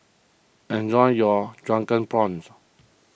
enjoy your Drunken Prawns